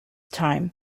time